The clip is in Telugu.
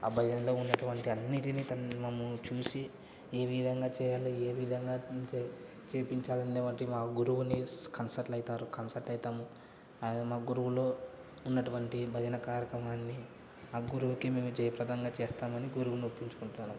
అ భజనలో ఉన్నటువంటి అన్నిటిని మేము చూసి ఈ విధంగా చేయాలి ఏ విధంగా చేయించాలి అనేటువంటి మా గురువుని కన్సల్ట్ అవుతారు కన్సర్ట్ అవుతాము మా గురువులో ఉన్నటువంటి భజన కార్యక్రమాన్ని ఆ గురువుకి మేము జయప్రదంగా చేస్తామని గురువుని ఒప్పించుకుంటాము